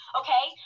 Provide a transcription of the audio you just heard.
okay